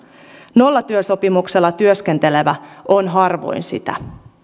nollatyösopimuksella työskentelevä on harvoin sitä